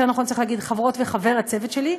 יותר נכון, צריך להגיד: חברות וחבר הצוות שלי,